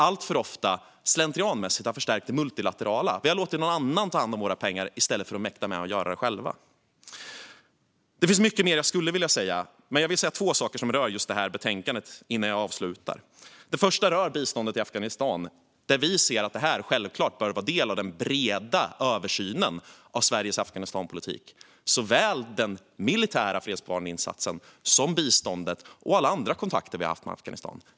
Alltför ofta har vi slentrianmässigt förstärkt det multilaterala biståndet. Vi har låtit någon annan ta hand om våra pengar i stället för att göra det själva. Det finns mycket mer jag skulle vilja säga. Men jag vill ta upp två saker som rör just det här betänkandet innan jag avslutar. Det första är biståndet i Afghanistan. Vi menar att detta självklart bör vara en del av den breda översynen av Sveriges Afghanistanpolitik. Det handlar om såväl den militära fredsbevarande insatsen som biståndet och alla andra kontakter vi har haft med Afghanistan.